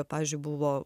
pavyzdžiui buvo